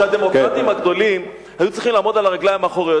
יש לי תחושה שהדמוקרטים הגדולים היו צריכים לעמוד על הרגליים האחוריות,